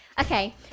Okay